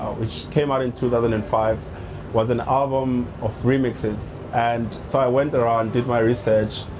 which came out in two thousand and five was an album of remixes, and so i went around, did my research,